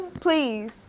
Please